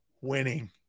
Winning